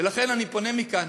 ולכן, אני פונה מכאן